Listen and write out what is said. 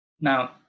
Now